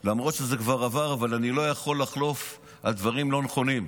אבל אני לא יכול לחלוף על דברים לא נכונים,